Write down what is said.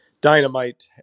dynamite